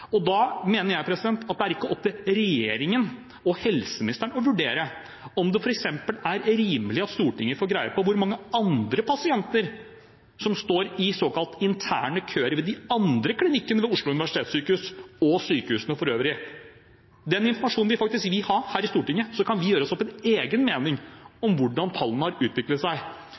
ser. Da mener jeg at det ikke er opp til regjeringen og helseministeren å vurdere om det f.eks. er rimelig at Stortinget får greie på hvor mange andre pasienter som står i såkalte interne køer ved de andre klinikkene ved Oslo universitetssykehus og sykehusene for øvrig. Den informasjonen vil vi faktisk ha her i Stortinget, slik at vi kan gjøre oss opp vår egen mening om hvordan tallene har utviklet seg.